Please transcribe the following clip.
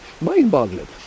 mind-boggling